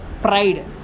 pride